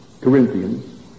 Corinthians